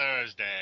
Thursday